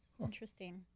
Interesting